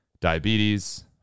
diabetes